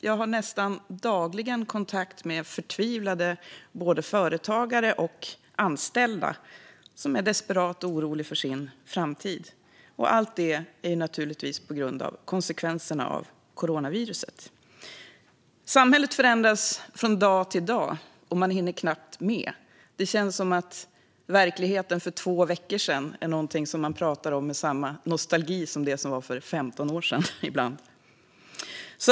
Jag har nästan dagligen kontakt med förtvivlade företagare och anställda som är desperata och oroliga för sin framtid. Allt detta beror naturligtvis på konsekvenserna av coronaviruset. Samhället förändras från dag till dag, och man hinner knappt med. Det känns som om verkligheten för två veckor sedan är något som man pratar om med samma nostalgi som det som var för 15 år sedan.